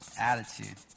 attitude